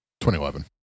2011